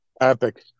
Epic